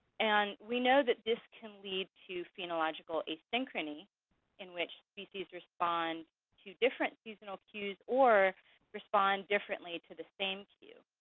and we know that this can lead to phenological asynchrony in which species respond to different seasonal cues, or respond differently to the same cue.